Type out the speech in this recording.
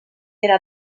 era